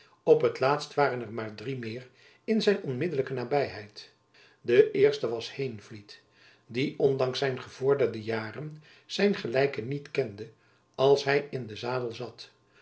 op het laatst waren er maar drie meer in zijn onmiddelijke nabyheid de eerste was heenvliet die ondanks zijn gevorderde jaren zijn gelijke jacob van lennep elizabeth musch niet kende als hy in den zadel zat